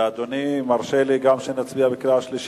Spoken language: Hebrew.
ואדוני מרשה לי גם שנצביע בקריאה שלישית.